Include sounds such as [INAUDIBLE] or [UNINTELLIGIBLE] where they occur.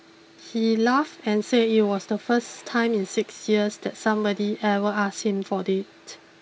he laughed and said it was the first time in six years that somebody ever asked him for [UNINTELLIGIBLE]